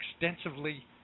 extensively